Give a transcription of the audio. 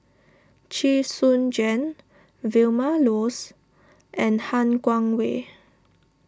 Chee Soon Juan Vilma Laus and Han Guangwei